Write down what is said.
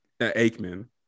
Aikman